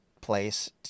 place